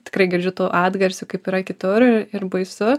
tikrai girdžiu tų atgarsių kaip yra kitur ir ir baisu